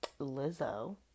Lizzo